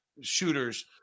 shooters